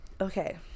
Okay